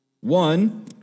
One